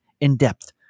in-depth